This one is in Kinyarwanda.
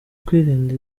kwirinda